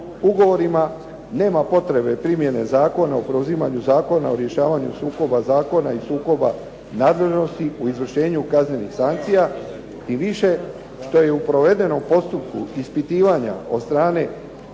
ugovorima nema potrebe primjene Zakona o preuzimanju Zakona o rješavanju sukoba zakona i sukoba nadležnosti u izvršenju kaznenih sankcija i više što je u provedenom postupku ispitivanja od strane